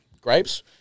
grapes